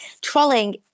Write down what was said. Trolling